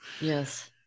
Yes